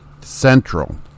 central